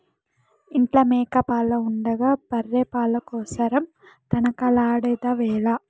ఇంట్ల మేక పాలు ఉండగా బర్రె పాల కోసరం తనకలాడెదవేల